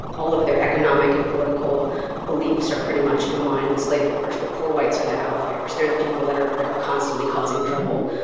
all of their economic and political beliefs are pretty much in line with slave holders. but poor whites are the outliers. they're the people that are they're constantly causing trouble,